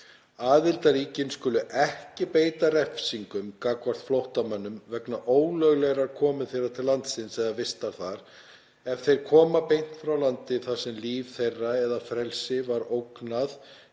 „Aðildarríkin skulu ekki beita refsingum gagnvart flóttamönnum vegna ólöglegrar komu þeirra til landsins eða vistar þar, ef þeir koma beint frá landi, þar sem lífi þeirra eða frelsi var ógnað